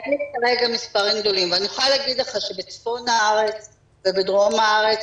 אין לי כרגע מספרים אבל אני יכולה להגיד לך שבצפון ובדרום הארץ,